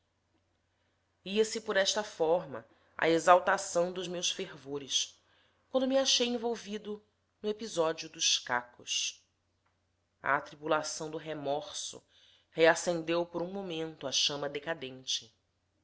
pães ia-se por esta forma a exaltação dos meus fervores quando me achei envolvido no episódio dos cacos a atribulação do remorso reacendeu por um momento a chama decadente